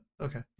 okay